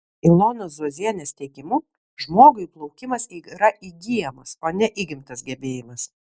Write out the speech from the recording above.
ilonos zuozienės teigimu žmogui plaukimas yra įgyjamas o ne įgimtas gebėjimas